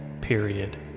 period